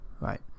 Right